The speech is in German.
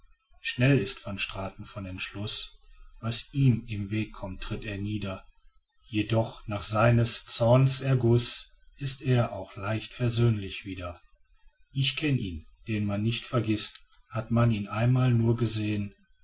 schnell ist van straten von entschluß was ihm in weg kommt tritt er nieder jedoch nach seines zorns erguß ist er auch leicht versöhnlich wieder ich kenn ihn den man nicht vergißt hat man ihn einmal nur gesehen